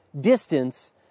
distance